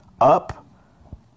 up